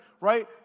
right